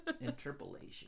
interpolation